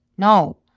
No